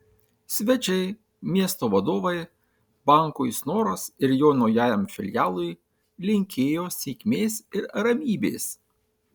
svečiai miesto vadovai bankui snoras ir jo naujajam filialui linkėjo sėkmės ir ramybės